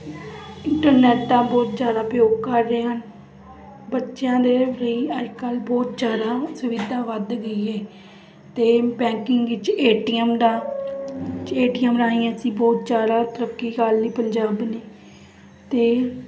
internet ਦਾ ਬਹੁਤ ਜ਼ਿਆਦਾ ਉਪਯੋਗ ਕਰ ਰਹੇ ਹਨ ਬੱਚਿਆਂ ਦੇ ਵੀ ਅੱਜ ਕੱਲ੍ਹ ਬਹੁਤ ਜ਼ਿਆਦਾ ਸੁਵਿਧਾ ਵੱਧ ਗਈ ਹੈ ਅਤੇ ਬੈਂਕਿੰਗ ਵਿਚ ਏਟੀਐਮ ਦਾ ਏਟੀਐਮ ਰਾਹੀਂ ਅਸੀਂ ਬਹੁਤ ਜ਼ਿਆਦਾ ਤਰੱਕੀ ਕਰ ਲਈ ਪੰਜਾਬ ਨੇ ਅਤੇ